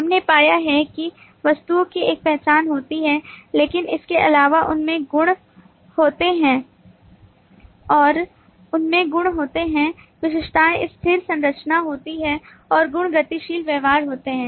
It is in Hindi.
हमने पाया है कि वस्तुओं की एक पहचान होती है लेकिन इसके अलावा उनमें गुण होते हैं और उनमें गुण होते हैं विशेषताएँ स्थिर संरचना होती हैं और गुण गतिशील व्यवहार होते हैं